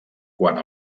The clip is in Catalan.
quant